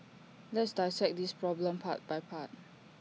let's dissect this problem part by part